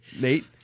Nate